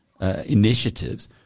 initiatives